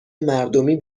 مردمی